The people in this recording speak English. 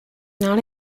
not